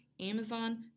Amazon